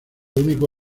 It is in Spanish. único